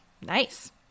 nice